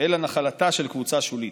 אלא נחלתה של קבוצה שולית.